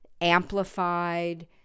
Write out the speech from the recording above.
Amplified